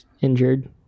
injured